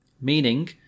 meaning